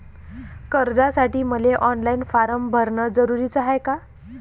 कर्जासाठी मले online form भरन जरुरीच हाय का?